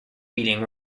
beating